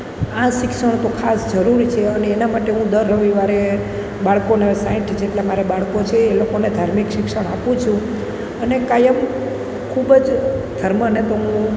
આ શિક્ષણ તો ખાસ જરૂરી છે અને એના માટે હું દર રવિવારે બાળકોને સાઠ જેટલાં મારે બાળકો છે એ લોકોને ધાર્મિક શિક્ષણ આપું છું અને કાયમ ખૂબ જ ધર્મને તો હું